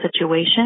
situation